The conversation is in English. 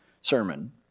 sermon